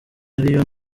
ariyo